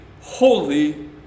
holy